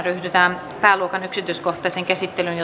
ryhdytään pääluokan kolmeenkymmeneenkahteen yksityiskohtaiseen käsittelyyn